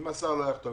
אם השר לא יחתום?